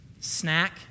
snack